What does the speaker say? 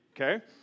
Okay